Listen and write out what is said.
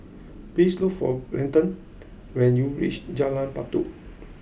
please look for Brenton when you reach Jalan Batu